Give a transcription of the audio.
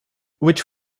which